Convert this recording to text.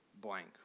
blank